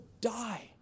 die